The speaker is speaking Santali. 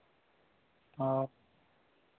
ᱚ